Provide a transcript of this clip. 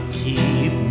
keep